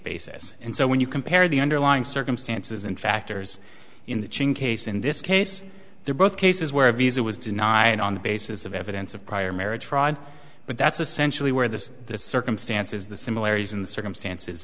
basis and so when you compare the underlying circumstances and factors in the chain case in this case they're both cases where a visa was denied on the basis of evidence of prior marriage fraud but that's essentially where the circumstances the similarities in the circumstances